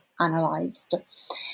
analyzed